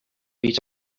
piece